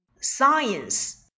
science